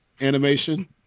animation